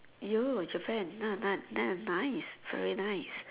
oh Japan ni~ ni~ ni~ nice sorry nice